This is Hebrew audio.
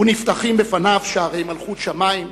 ונפתחים לפניו שערי מלכות שמים,